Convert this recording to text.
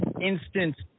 instant